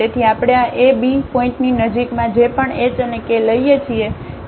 તેથી આપણે આ ab પોઇન્ટની નજીકમાં જે પણ h અને k લઈએ છીએ